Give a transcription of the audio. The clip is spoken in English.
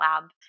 lab